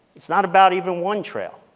it's not about even one trail.